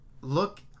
Look